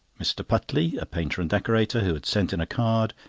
mr. putley, a painter and decorator, who had sent in a card,